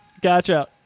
Gotcha